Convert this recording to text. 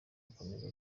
akomeza